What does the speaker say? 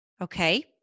Okay